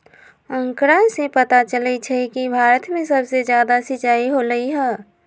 आंकड़ा से पता चलई छई कि भारत में सबसे जादा सिंचाई होलई ह